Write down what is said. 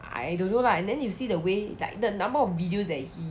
I don't know lah and then you'll see the way like the number of video that he